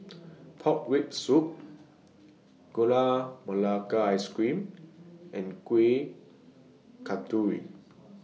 Pork Rib Soup Gula Melaka Ice Cream and Kuih Kasturi